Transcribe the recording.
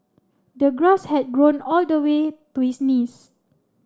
the grass had grown all the way to his knees